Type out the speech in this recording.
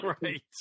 Right